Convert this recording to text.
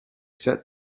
set